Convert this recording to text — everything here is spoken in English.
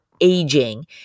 aging